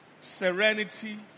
serenity